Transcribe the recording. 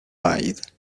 paid